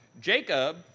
Jacob